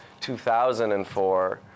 2004